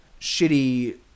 shitty